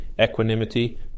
equanimity